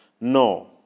no